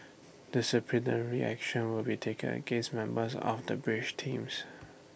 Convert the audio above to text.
disciplinary action will be taken against members of the bridge teams